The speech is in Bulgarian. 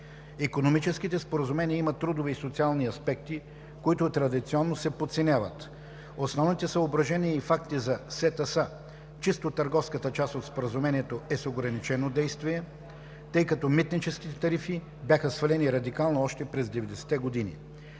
Икономическите споразумения имат трудови и социални аспекти, които традиционно се подценяват. Основните съображения и факти за СЕТА са: - Чисто търговската част от Споразумението е с ограничено действие, тъй като митническите тарифи бяха свалени радикално още през 90-те години.